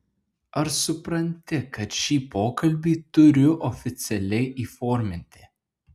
ar supranti kad šį pokalbį turiu oficialiai įforminti